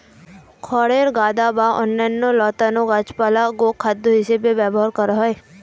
খড়ের গাদা বা অন্যান্য লতানো গাছপালা গোখাদ্য হিসেবে ব্যবহার করা হয়